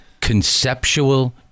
Conceptual